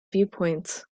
viewpoints